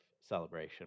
celebration